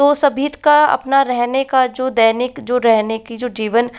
तो सभी का अपना रहने का जो दैनिक जो रहने की जो जीवन